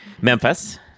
Memphis